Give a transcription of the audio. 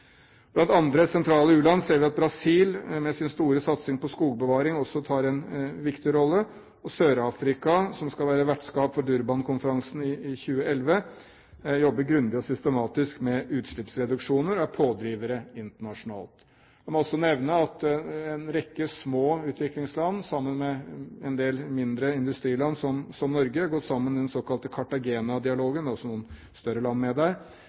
Blant andre sentrale u-land ser vi at Brasil, med sin store satsing på skogbevaring, også tar en viktig rolle. Og Sør-Afrika, som skal være vertskap for Durban-konferansen i 2011, jobber grundig og systematisk med utslippsreduksjoner og er pådrivere internasjonalt. La meg også nevne at en rekke små utviklingsland, sammen med en del mindre industriland som Norge, har gått sammen i den såkalte Cartagena-dialogen – det er også noen større land med der